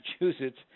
Massachusetts